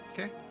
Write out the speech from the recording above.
Okay